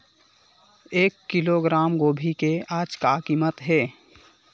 एक किलोग्राम गोभी के आज का कीमत हे?